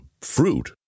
fruit